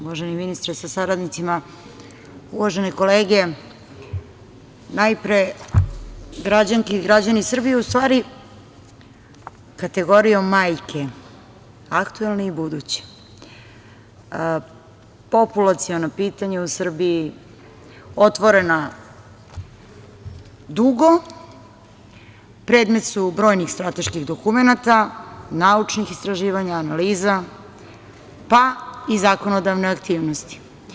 Uvaženi ministre sa saradnicima, uvažene kolege, građanke i građani Srbije, u stvari kategorijo majki, aktuelne i buduće, populaciono pitanje u Srbiji je otvoreno dugo, predmet je brojnih strateških dokumenata, naučnih istraživanja, analiza, pa i zakonodavne aktivnosti.